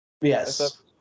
Yes